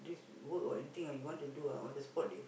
this work or anything ah you want to do ah on the spot they